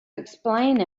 explain